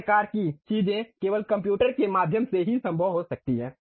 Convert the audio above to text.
इस प्रकार की चीजें केवल कंप्यूटर के माध्यम से ही संभव हो सकती हैं